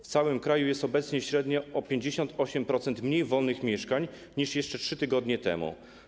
W całym kraju jest obecnie średnio o 58% mniej wolnych mieszkań niż jeszcze 3 tygodnie temu.